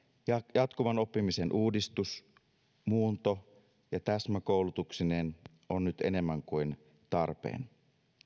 jatkuvan oppimisen uudistus muunto ja täsmäkoulutuksineen on nyt enemmän kuin tarpeen